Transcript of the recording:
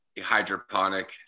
hydroponic